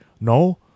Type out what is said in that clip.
No